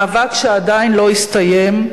מאבק שעדיין לא הסתיים.